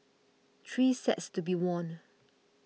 three sets to be won